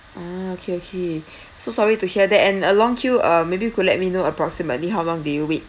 ah okay okay so sorry to hear that and a long queue uh maybe you could let me know approximately how long did you wait